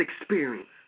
experience